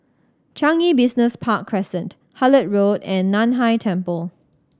Changi Business Park Crescent Hullet Road and Nan Hai Temple